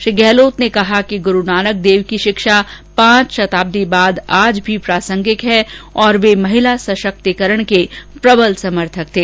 श्री गहलोत ने कहा कि गुरूनानक देव की शिक्षा पांच शताब्दी बाद आज भी प्रासंगिक है और वे महिला सशक्तिकरण के प्रबल समर्थक थे